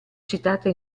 citata